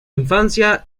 infancia